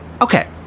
okay